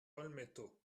olmeto